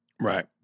Right